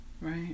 right